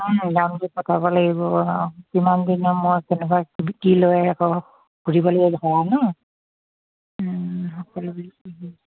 দামটো পটাব লাগিব কিমান দিনৰ মই কেনেকুৱা কি লয় আকৌ সুধিব লাগিব ভাড়া ন সকলোবিলাক সুধিব লাগিব